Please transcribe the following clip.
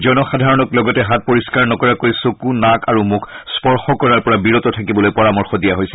জনসাধাৰণক লগতে হাত পৰিহ্বাৰ নকৰাকৈ চকু নাক আৰু মুখ স্পৰ্শ কৰাৰ পৰা বিৰত থাকিবলৈ পৰামৰ্শ দিয়া হৈছে